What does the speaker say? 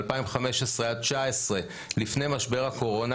מ-2015 עד 2019 לפני משבר הקורונה